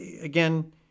again